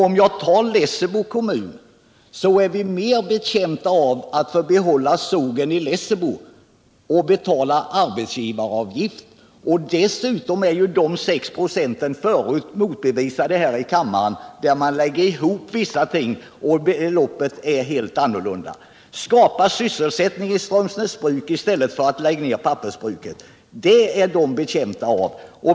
Om jag tar Lessebo kommun, så är vi mer betjänta av att få behålla sågen i Lessebo och betala arbetsgivaravgift. Dessutom är talet om 6 96 förut motbevisat här i kammaren. Man lägger ihop vissa ting och kommer fram till en siffra som är helt annorlunda. Skapa sysselsättning i Strömsnäs bruk i stället för att lägga ned pappersbruket! Det är invånarna betjänta av.